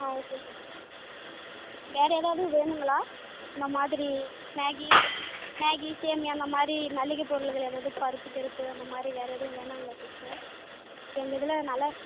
ஆ okay sister ம் வேறே எதாவது வேணுங்களா இந்த மாதிரி மேகி மேகி சேமியா இந்த மாதிரி மளிகை பொருள்கள் எதாவது பருப்பு கிருப்பு அந்த மாதிரி வேறே எதுவும் வேணாங்களா சிஸ்டர் எங்கள் இதில் நல்லாருக்